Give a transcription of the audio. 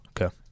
Okay